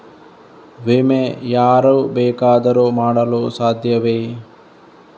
ವಿಮೆ ಯಾರು ಬೇಕಾದರೂ ಮಾಡಲು ಸಾಧ್ಯವೇ?